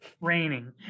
raining